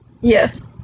yes